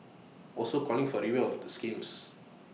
also calling for A review of the schemes